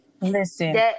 listen